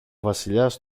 βασιλιάς